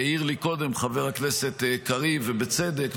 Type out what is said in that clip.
העיר לי קודם חבר הכנסת קריב ובצדק,